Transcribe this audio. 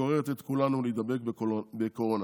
גורר את כולנו להידבק בקורונה.